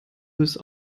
this